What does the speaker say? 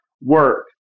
work